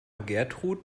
gertrud